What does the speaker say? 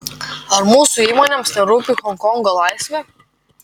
ar mūsų įmonėms nerūpi honkongo laisvė